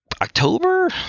October